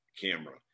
camera